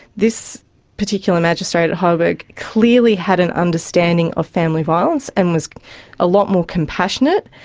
this particular magistrate at heidelberg clearly had an understanding of family violence and was a lot more compassionate.